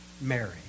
Mary